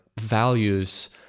values